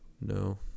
No